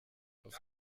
auf